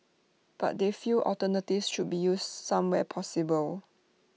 but they feel alternatives should be used some where possible